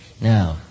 Now